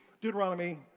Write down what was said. Deuteronomy